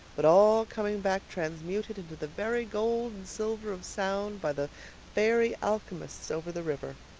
but all coming back transmuted into the very gold and silver of sound by the fairy alchemists over the river.